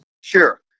Sure